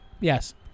Yes